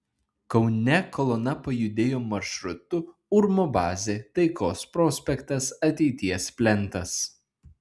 kaune kolona pajudėjo maršrutu urmo bazė taikos prospektas ateities plentas